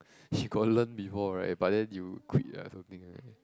you got learn before right but then you quit ah something like that